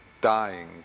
dying